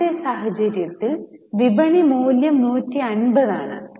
ആദ്യത്തെ സാഹചര്യത്തിൽ വിപണി മൂല്യം 150 ആണ്